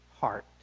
heart